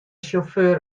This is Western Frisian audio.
sjauffeur